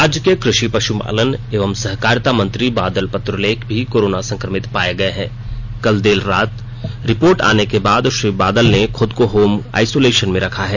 राज्य के कृषि पशुपालन एवं सहकारिता मंत्री बादल पत्रलेख भी कोरोना संक्रमित पाये गये हैं कल देर रात रिपोर्ट आने के बाद श्री बादल ने खुद को होम आइसोलेशन में रखा है